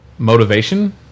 Motivation